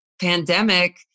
pandemic